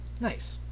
Nice